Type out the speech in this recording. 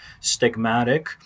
stigmatic